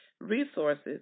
resources